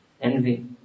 Envy